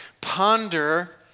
Ponder